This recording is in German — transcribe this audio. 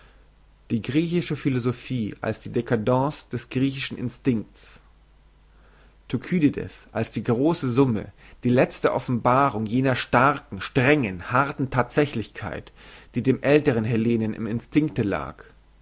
die griechische philosophie als die dcadence des griechischen instinkts thukydides als die grosse summe die letzte offenbarung jener starken strengen harten thatsächlichkeit die dem älteren hellenen im instinkte lag